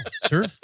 Sir